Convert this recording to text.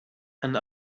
and